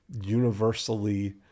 universally